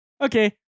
Okay